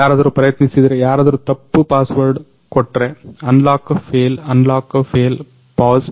ಯಾರಾದ್ರು ಪ್ರಯತ್ನಿಸಿದ್ರೆ ಯಾರಾದ್ರು ತಪ್ಪು ಪಾಸ್ವರ್ಡ್ ಕೊಟ್ರೆ ಅನ್ಲಾಕ್FL ಅನ್ಲಾಕ್FL ಪೌಸ್